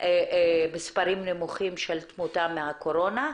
במספרים נמוכים של תמותה מהקורונה.